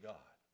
God